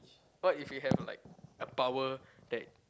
what if you have like a power that